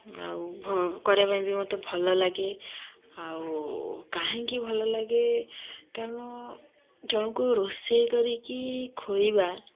ଆଉ କରିବା ପାଇଁ ବି ଭଲ ଲାଗେ ଆଉ କାହିଁକି ଭଲ ଲାଗେ କାରଣ ଜଣକୁ ରୋଷେଇ କରିକି ଖୁଏଇବା